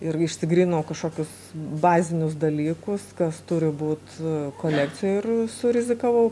ir išsigryninau kažkokius bazinius dalykus kas turi būt kolekcijoj ir surizikavau